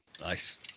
Nice